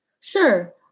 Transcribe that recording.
Sure